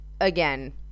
again